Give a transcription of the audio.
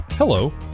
Hello